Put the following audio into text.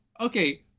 Okay